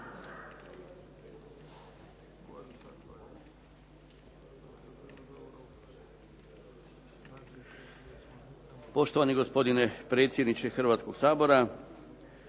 Poštovani gospodine predsjedniče Hrvatskoga sabora,